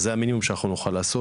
זה המינימום שאנחנו נוכל לעשות,